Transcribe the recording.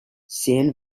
san